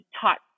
taught